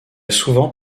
souvent